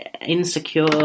insecure